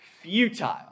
futile